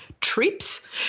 trips